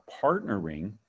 partnering